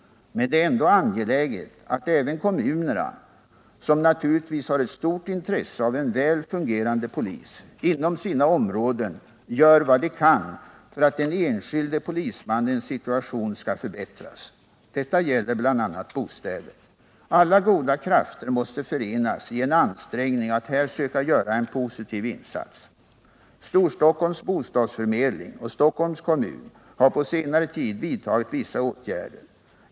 Men det är ändå angeläget att även kommunerna, som naturligtvis har ett stort intresse av en väl fungerande polis, inom sina områden gör vad de kan för att den enskilde polismannens situation skall förbättras. Detta gäller bl.a. bostäder. Alla goda krafter måste förenas i en ansträngning att här söka göra en positiv insats. Storstockholms bostadsförmedling och Stockholms kommun har på senare tid vidtagit vissa åtgärder.